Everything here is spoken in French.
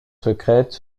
secrètes